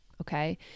Okay